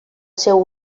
seu